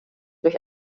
durch